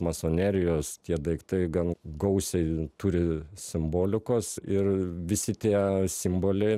masonerijos tie daiktai gan gausiai turi simbolikos ir visi tie simboliai